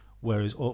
whereas